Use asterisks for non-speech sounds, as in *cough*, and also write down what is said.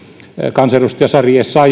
kansanedustaja sari essayah *unintelligible*